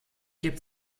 gibt